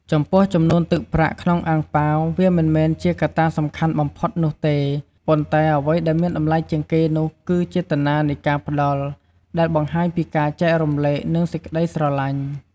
ចំពោះចំនួនទឹកប្រាក់ក្នុងអាំងប៉ាវ វាមិនមែនជាកត្តាសំខាន់បំផុតនោះទេ ប៉ុន្តែអ្វីដែលមានតម្លៃជាងគេនោះគឺចេតនានៃការផ្តល់ ដែលបង្ហាញពីការចែករំលែក និងសេចកក្តីស្រឡាញ់។